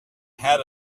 had